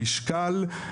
משקל,